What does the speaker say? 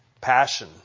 passion